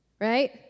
Right